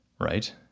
Right